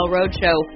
Roadshow